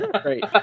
Great